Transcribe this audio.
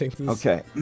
Okay